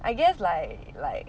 I guess like like